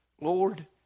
Lord